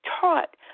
taught